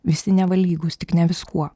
visi neva lygūs tik ne viskuo